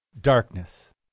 darkness